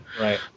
Right